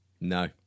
No